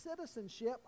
citizenship